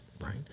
right